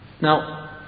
Now